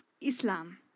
Islam